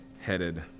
headed